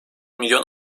milyon